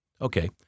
Okay